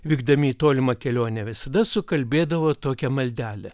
vykdami į tolimą kelionę visada sukalbėdavo tokią maldelę